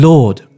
Lord